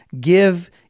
Give